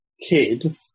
kid